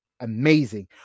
amazing